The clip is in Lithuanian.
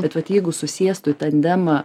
bet vat jeigu susėstų į tandemą